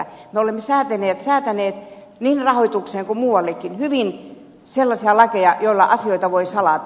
me olemme säätäneet niin rahoitukseen kuin muuallekin sellaisia lakeja joilla asioita voi salata